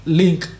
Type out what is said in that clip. link